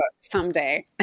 someday